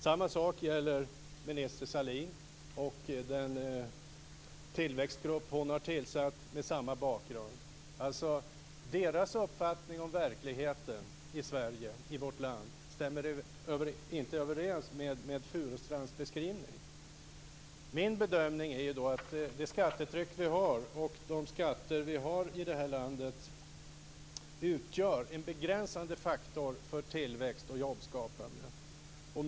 Detsamma gäller för statsrådet Sahlin, som har har tillsatt en tillväxtgrupp av samma skäl. Deras uppfattning om verkligheten i vårt land stämmer inte överens med Min bedömning är den att det skattetryck som vi har i vårt land utgör en begränsande faktor för tillväxt och jobbskapande.